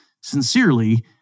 sincerely